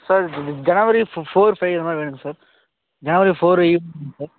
sir ஜ January ஃபோ four five அந்த மாதிரி வேணுங்க sir January four evening sir